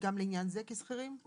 גם לעניין הזה כשכירים?